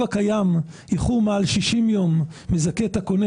הקיים: איחור מעל 60 יום מזכה את הקונה,